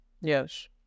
Yes